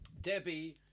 debbie